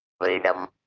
freedom